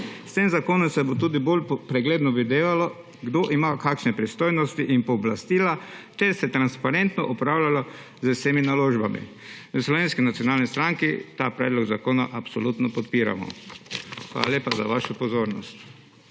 S tem zakonom se bo tudi bolj pregledno videlo, kdo ima kakšne pristojnosti in pooblastila, ter se transparentno upravljalo z vsemi naložbami. V Slovenski nacionalno stranki ta predlog zakona absolutno podiramo. Hvala lepa za vašo pozornost.